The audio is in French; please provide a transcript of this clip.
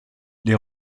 les